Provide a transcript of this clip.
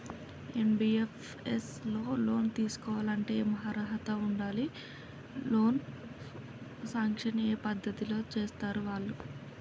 NBFS లో loan తీస్కోవాలంటే ఏం అర్హత ఉండాలి? లోన్ సాంక్షన్ ఏ పద్ధతి లో చేస్తరు వాళ్లు?